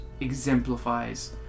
exemplifies